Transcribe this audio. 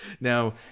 Now